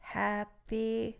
happy